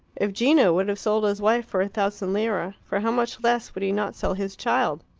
if gino would have sold his wife for a thousand lire, for how much less would he not sell his child?